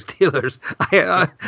Steelers